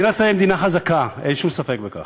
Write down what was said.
מדינת ישראל היא מדינה חזקה, אין שום ספק בכך.